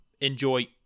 enjoy